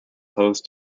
host